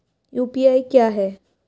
UPI क्या है?